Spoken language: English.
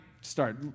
start